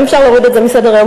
אם אפשר להוריד את זה מסדר-היום,